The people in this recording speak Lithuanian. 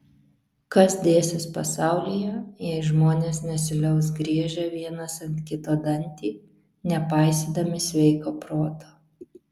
kas dėsis pasaulyje jei žmonės nesiliaus griežę vienas ant kito dantį nepaisydami sveiko proto